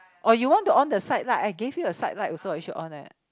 or you want to on the side light I gave you the side light also you should on it